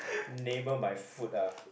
neighbour my foot ah